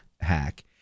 hack